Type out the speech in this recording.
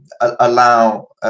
allow